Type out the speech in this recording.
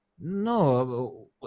No